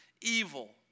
evil